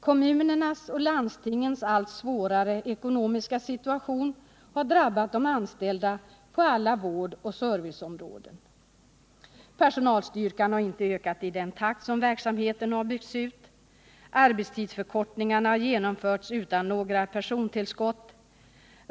Kommunernas och landstingens allt svårare ekonomiska situation har drabbat de anställda på alla vårdoch serviceområden. Personalstyrkan har inte ökat i den takt som verksamheten har byggts ut. Arbetstidsförkortningarna har genomförts utan några persontillskott.